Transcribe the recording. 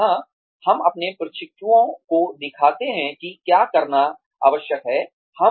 जहां हम अपने प्रशिक्षुओं को दिखाते हैं कि क्या करना आवश्यक है